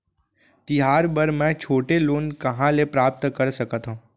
तिहार बर मै छोटे लोन कहाँ ले प्राप्त कर सकत हव?